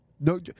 No